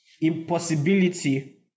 impossibility